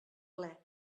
ple